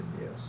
yes